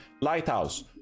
Lighthouse